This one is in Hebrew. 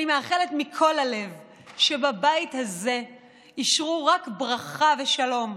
אני מאחלת מכל הלב שבבית הזה ישרו רק ברכה ושלום.